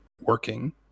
working